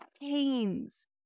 pains